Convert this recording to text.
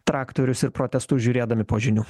traktorius ir protestus žiūrėdami po žinių